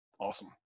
awesome